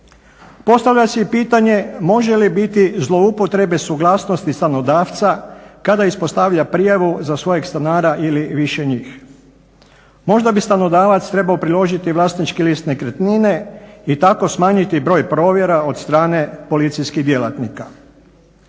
Postavlja se i pitanje može li biti zloupotrebe suglasnosti stanodavca kada ispostavlja prijavu za svojeg stanara ili više njih. Možda bi stanodavac trebao priložiti vlasnički list nekretnine i tako smanjiti broj provjera od strane policijskih djelatnika.